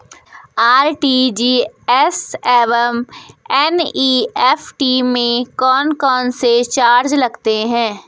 RTGS एवं NEFT में कौन कौनसे चार्ज लगते हैं?